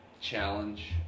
challenge